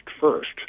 first